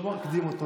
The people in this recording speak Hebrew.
לא מקדים אותו,